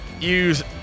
use